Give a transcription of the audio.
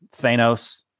Thanos